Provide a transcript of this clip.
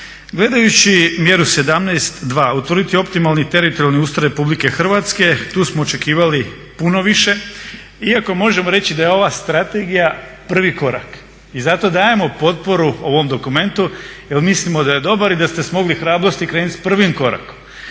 Gledajući mjeru 17.2. – utvrditi optimalni teritorijalni ustroj Republike Hrvatske, tu smo očekivali puno više iako možemo reći da je ova strategija prvi korak i zato dajemo potporu ovom dokumentu jer mislimo da je dobar i da ste smogli hrabrosti krenut s prvim korakom.